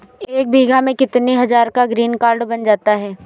एक बीघा में कितनी हज़ार का ग्रीनकार्ड बन जाता है?